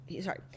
sorry